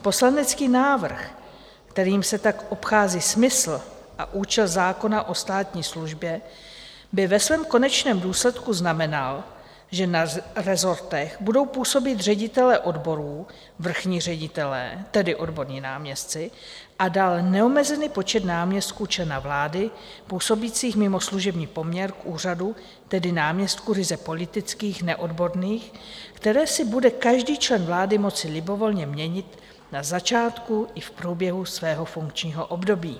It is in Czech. Poslanecký návrh, kterým se tak obchází smysl a účast zákona o státní službě, by ve svém konečném důsledku znamenal, že na rezortech budou působit ředitelé odborů, vrchní ředitelé, tedy odborní náměstci, a dál neomezený počet náměstků člena vlády, působících mimo služební poměr k úřadu, tedy náměstků ryze politických, neodborných, které si bude každý člen vlády moci libovolně měnit na začátku i v průběhu svého funkčního období.